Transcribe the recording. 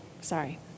sorry